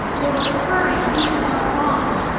they were spurring each other on.